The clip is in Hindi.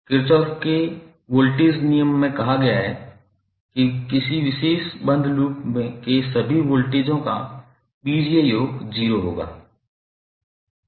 किरचॉफ के वोल्टेज नियम में कहा गया है कि किसी विशेष बंद लूप के सभी वोल्टेजों का बीजीय योग 0 होगा